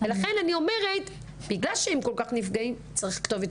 בגלל שהם כל כך נפגעים צריך כתובת